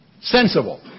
sensible